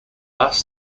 last